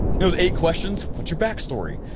it was eight questions, what's your backstory?